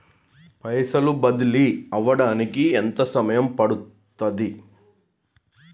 పైసలు బదిలీ అవడానికి ఎంత సమయం పడుతది?